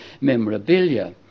memorabilia